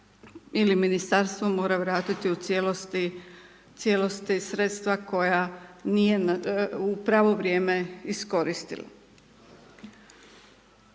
ili ministarstvo mora vratiti u cijelosti sredstva koja nije u pravo vrijeme iskoristila.